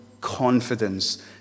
confidence